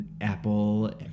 Apple